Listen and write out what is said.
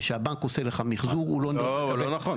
זה שהבנק עושה לך מחזור --- לא, זה לא נכון.